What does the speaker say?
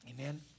Amen